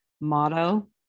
motto